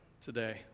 today